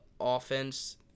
offense